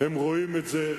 הם רואים את זה.